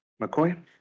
McCoy